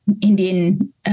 Indian